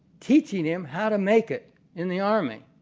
teaching him how to make it in the army,